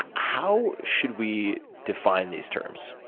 how should we define these terms?